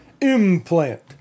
implant